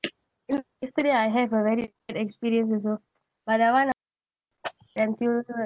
yesterday I have a very bad experience also but I wanna